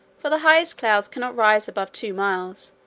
for the highest clouds cannot rise above two miles,